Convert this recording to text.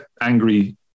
angry